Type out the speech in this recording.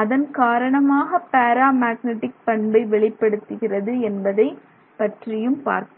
அதன் காரணமாக பேராமேக்னெட்டிக் பண்பை வெளிப்படுத்துகிறது என்பதைப் பற்றியும் பார்த்தோம்